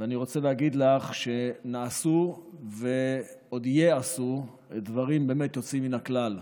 ואני רוצה להגיד לך שנעשו ועוד ייעשו דברים באמת יוצאים מן הכלל.